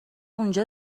اونجا